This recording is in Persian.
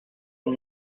اون